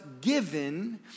given